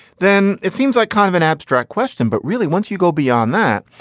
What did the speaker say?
then it seems like kind of an abstract question. but really, once you go beyond that,